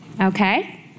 Okay